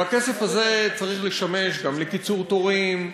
והכסף הזה צריך לשמש גם לקיצור תורים,